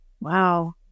Wow